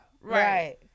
Right